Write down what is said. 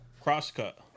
cross-cut